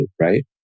right